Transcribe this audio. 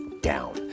down